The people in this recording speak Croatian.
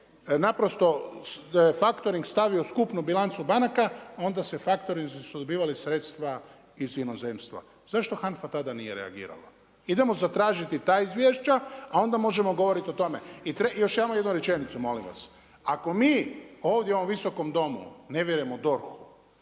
naprosto factoring stavio skupnu bilancu banaka, onda su factorinzi su dobivali sredstva iz inozemstva. Zašto HANFA tada nije reagirala? Idemo zatražiti ta izvješća, a onda možemo govoriti o tome. I još samo jednu rečenicu molim vas. Ako mi ovdje u ovom Visokom domu ne vjerujemo DORH-u,